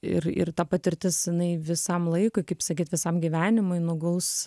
ir ir ta patirtis jinai visam laikui kaip sakyt visam gyvenimui nuguls